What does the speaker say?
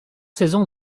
saison